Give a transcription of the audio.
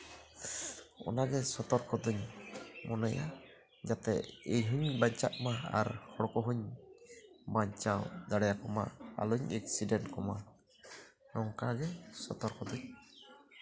ᱢᱟ ᱚᱱᱟᱜᱮ ᱥᱚᱛᱚᱨᱠᱚ ᱫᱚᱧ ᱢᱚᱱᱮᱭᱟ ᱡᱟᱛᱮ ᱤᱧ ᱵᱟᱧᱪᱟᱜ ᱢᱟ ᱟᱨ ᱦᱚᱲ ᱠᱚᱦᱚᱸᱧ ᱵᱟᱧᱪᱟᱣ ᱫᱟᱲᱮ ᱟᱠᱚ ᱢᱟ ᱟᱞᱚᱧ ᱟᱞᱚᱧ ᱮᱠᱥᱤᱰᱮᱱᱴ ᱠᱚᱢᱟ ᱱᱚᱝᱠᱟᱜᱮ ᱥᱚᱛᱚᱨᱠᱚ ᱫᱚᱧ